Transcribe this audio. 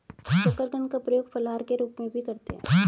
शकरकंद का प्रयोग फलाहार के रूप में भी करते हैं